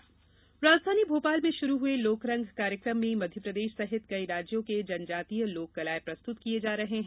लोकरंग राजधानी भोपाल में शुरू हुए लोकरंग कार्यक्रम में मध्यप्रदेश सहित कई राज्यों के जनजातीय लोकनृत्य प्रस्तुत किये जा रहे हैं